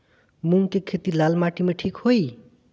मूंग के खेती लाल माटी मे ठिक होई?